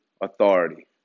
authority